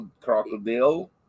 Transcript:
crocodile